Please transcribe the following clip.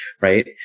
right